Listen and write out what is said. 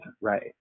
right